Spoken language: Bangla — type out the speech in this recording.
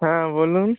হ্যাঁ বলুন